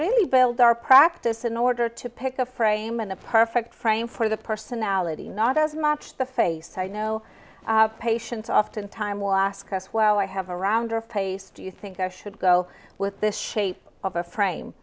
really build our practice in order to pick a frame and the perfect frame for the personality not as much the face i know patients often time will ask us well i have a rounder face do you think i should go with this shape of a frame